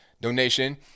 donation